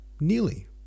nearly